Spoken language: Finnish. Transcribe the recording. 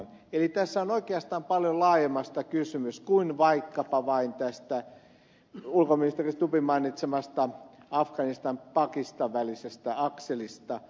eli tässä on oikeastaan paljon laajemmasta asiasta kysymys kuin vaikkapa vain tästä ulkoministeri stubbin mainitsemasta afganistanpakistan välisestä akselista